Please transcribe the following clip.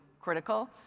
critical